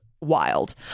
wild